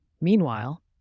Meanwhile